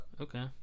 Okay